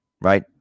right